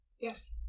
Yes